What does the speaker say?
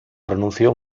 pronunció